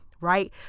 right